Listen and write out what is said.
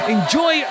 Enjoy